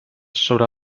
sobre